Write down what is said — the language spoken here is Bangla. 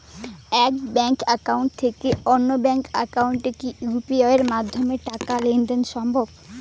এক ব্যাংক একাউন্ট থেকে অন্য ব্যাংক একাউন্টে কি ইউ.পি.আই মাধ্যমে টাকার লেনদেন দেন সম্ভব?